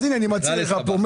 אז הנה אני מצהיר לך פה,